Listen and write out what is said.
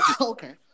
Okay